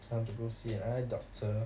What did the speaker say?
time to go see an eye doctor